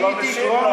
אבל אתה לא משיב לו.